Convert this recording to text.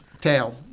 tail